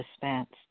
dispensed